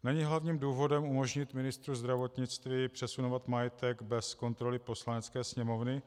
Není hlavním důvodem umožnit ministru zdravotnictví přesunovat majetek bez kontroly Poslanecké sněmovny?